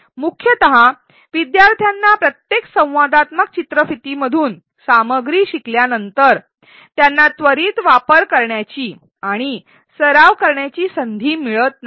मुख्यतः विद्यार्थ्यांना प्रत्येक संवादात्मक चित्रफिती मधून सामग्री शिकल्यानंतर त्यांना त्वरित वापर करण्याची आणि सराव करण्याची संधी मिळत नाही